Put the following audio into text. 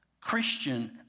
Christian